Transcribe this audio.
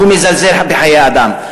מזלזל בחיי אדם.